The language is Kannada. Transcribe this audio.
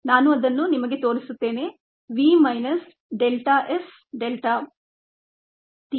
ನಾನು ಅದನ್ನು ನಿಮಗೆ ತೋರಿಸುತ್ತೇನೆ v minus delta s delta s